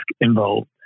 involved